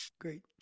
Great